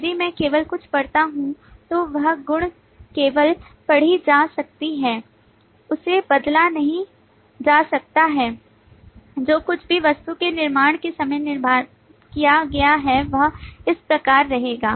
यदि मैं केवल कुछ पढ़ता हूं तो वह गुण केवल पढ़ी जा सकती है उसे बदला नहीं जा सकता है जो कुछ भी वस्तु के निर्माण के समय निर्धारित किया गया है वह इस प्रकार रहेगा